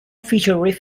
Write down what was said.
features